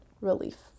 relief